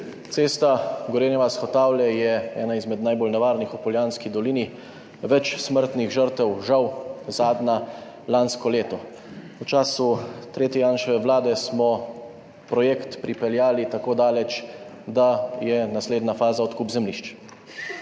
Cesta Gorenja vas–Hotavlje je ena izmed najbolj nevarnih v Poljanski dolini, več smrtnih žrtev, žal, zadnja lansko leto. V času tretje Janševe vlade smo projekt pripeljali tako daleč, da je naslednja faza odkup zemljišč.